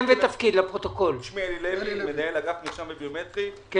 אני מנהל אגף מרשם וביומטרי.